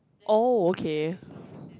oh okay